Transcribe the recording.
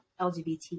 LGBT